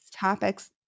topics